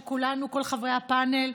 זה שכל חברי הפאנל,